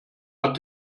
hat